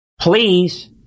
please